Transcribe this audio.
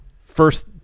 first